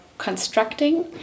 constructing